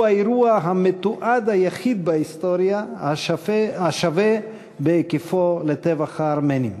הוא האירוע המתועד היחיד בהיסטוריה השווה בהיקפו לטבח הארמנים".